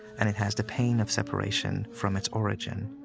and it has the pain of separation from its origin,